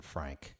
Frank